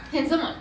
handsome mah